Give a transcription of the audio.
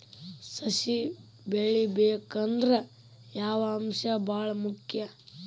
ಸಸಿ ಬೆಳಿಬೇಕಂದ್ರ ಯಾವ ಅಂಶ ಭಾಳ ಮುಖ್ಯ?